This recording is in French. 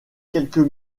quelques